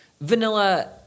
vanilla